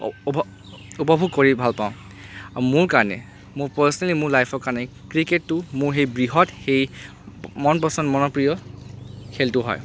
উপভোগ কৰি ভাল পাওঁ আৰু মোৰ কাৰণে মোৰ পাৰ্চনেলি মোৰ লাইফ কাৰণে ক্ৰিকেটটো মোৰ সেই বৃহৎ সেই মন পচন্দ মন প্ৰিয় খেলটো হয়